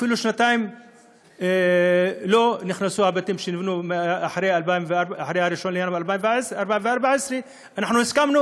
אפילו שנתיים לא נכנסו הבתים שנבנו אחרי 1 בינואר 2014. אנחנו הסכמנו,